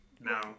No